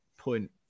point